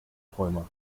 träumer